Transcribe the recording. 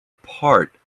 part